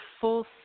full